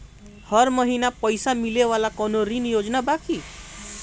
हर महीना पइसा मिले वाला कवनो ऋण योजना बा की?